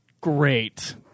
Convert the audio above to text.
great